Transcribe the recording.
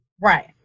Right